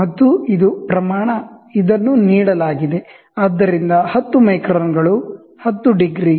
ಮತ್ತು ಇದು ಪ್ರಮಾಣ ಇದನ್ನು ನೀಡಲಾಗಿದೆ ಆದ್ದರಿಂದ ಹತ್ತು ಮೈಕ್ರಾನ್ಗಳು ಹತ್ತು ಡಿಗ್ರಿ